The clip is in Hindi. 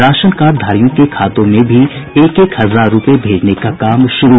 राशन कार्डधारियों के खातों में भी एक एक हजार रूपये भेजने का काम शुरू